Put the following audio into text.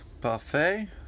buffet